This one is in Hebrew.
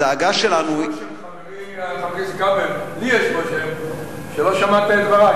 הדאגה שלנו, כבל, לי יש הרושם שלא שמעת את דברי.